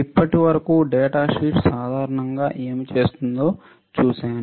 ఇప్పటివరకు data sheet సాధారణంగా ఏమి ఇస్తుందో చూశాను